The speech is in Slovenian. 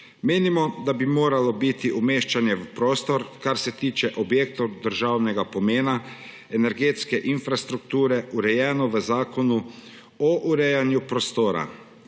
Menimo, da bi moralo biti umeščanje v prostor, kar se tiče objektov državnega pomena, energetske infrastrukture, urejeno v Zakonu o urejanju prostora,